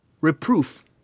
reproof